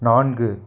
நான்கு